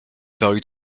parut